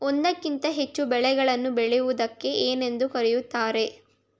ಒಂದಕ್ಕಿಂತ ಹೆಚ್ಚು ಬೆಳೆಗಳನ್ನು ಬೆಳೆಯುವುದಕ್ಕೆ ಏನೆಂದು ಕರೆಯುತ್ತಾರೆ?